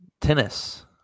Tennis